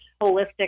holistic